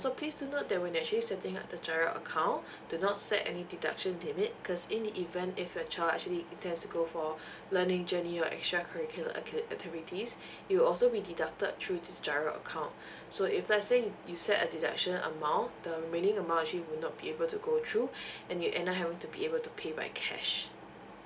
so please do note that when you actually setting up the giro account do not set any deduction limit cause in the event if your child actually intends to go for learning journey or extra curriculum accu~ activities it will also be deducted through this giro account so if let's say you set a deduction amount the remaining amount actually will not be able to go through and you end up having to be able to pay by cash